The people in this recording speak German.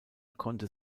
konnte